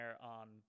on